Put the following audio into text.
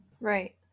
right